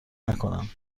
نکنم